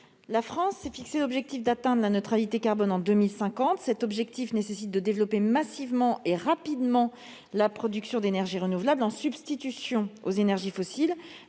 La France s'est fixé l'objectif d'atteindre la neutralité carbone en 2050, ce qui exige de développer massivement et rapidement la production d'énergies renouvelables en substitution aux énergies fossiles.